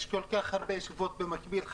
יש היום כל כך הרבה ישיבות חשובות במקביל.